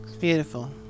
Beautiful